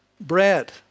bread